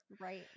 right